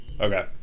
Okay